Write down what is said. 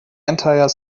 entire